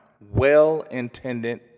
well-intended